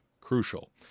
crucial